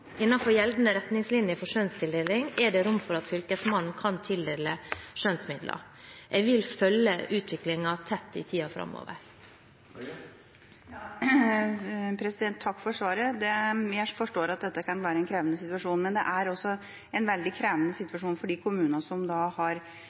gjeldende retningslinjer for skjønnstildeling er det rom for at fylkesmannen kan tildele skjønnsmidler. Jeg vil følge utviklingen tett i tiden framover. Takk for svaret. Jeg forstår at dette kan være en krevende situasjon, men det er også en veldig krevende